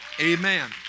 Amen